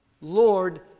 Lord